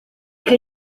che